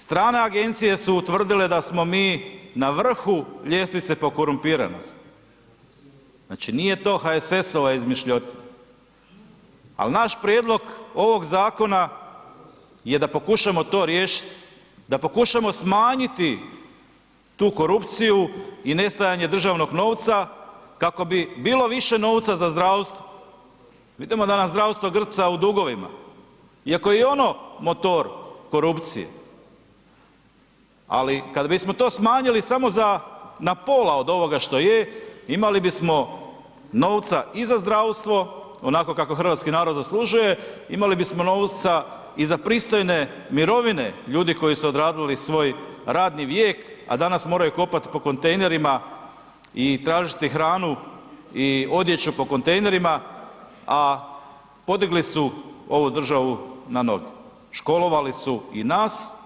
Strane agencije su utvrdile da smo mi na vrhu ljestvice po korumpiranosti, znači nije to HSS-ova izmišljotina, al naš prijedlog ovog zakona je da pokušamo to riješit, da pokušamo smanjiti tu korupciju i nestajanje državnog novca, kako bi bilo više novca za zdravstvo, vidimo da nam zdravstvo grca u dugovima iako je i ono motor korupcije, ali kad bismo to smanjili samo za na pola od ovoga što je, imali bismo novca i za zdravstvo onakvo kakvo hrvatski narod zaslužuje, imali bismo novca i za pristojne mirovine ljudi koji su odradili svoj radni vijek, a danas moraju kopat po kontejnerima i tražiti hranu i odjeću po kontejnerima, a podigli su ovu državu na noge, školovali su i nas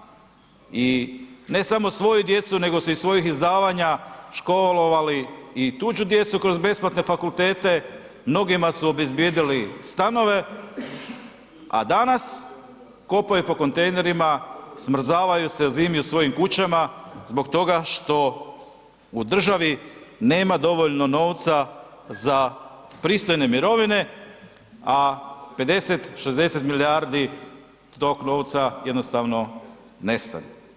i ne samo svoju djecu, nego su iz svojih izdavanja školovali i tuđu djecu kroz besplatne fakultete, mnogima su obezbijedili stanove, a danas kopaju po kontejnerima, smrzavaju se zimi u svojim kućama zbog toga što u državi nema dovoljno novca za pristojne mirovine, a 50-60 milijardi tog novca jednostavne nestade.